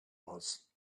was